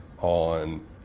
on